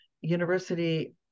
University